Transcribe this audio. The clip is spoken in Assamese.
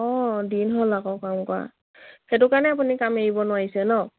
অঁ দিন হ'ল আকৌ কাম কৰা সেইটো কাৰণে আপুনি কাম এৰিব নোৱাৰিছে ন